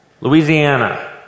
Louisiana